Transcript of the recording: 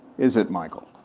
is it, michael?